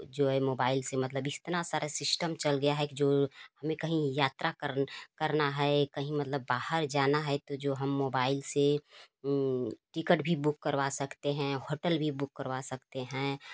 जो है मोबाइल से मतलब इतना सरल सिस्टम चल गया है कि जो हमे कहीं यात्रा करन करना है कहीं मतलब बाहर जाना है तो जो हम मोबाइल से टिकट भी बुक करवा सकते हैं होटल भी बुक करवा सकते हैं